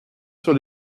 sur